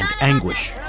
anguish